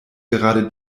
gerade